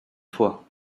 fois